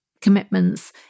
commitments